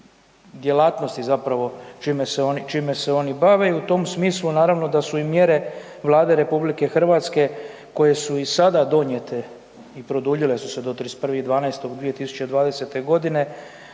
u djelatnosti zapravo čime se oni bave, i u tom smislu, naravno da i mjere Vlade RH koje su i sada donijete i produljile su se do 31.12.2020. g.